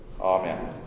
Amen